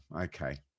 okay